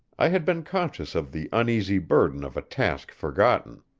i had been conscious of the uneasy burden of a task forgotten.